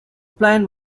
plan